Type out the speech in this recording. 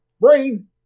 brain